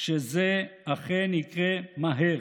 שזה אכן יקרה מהר.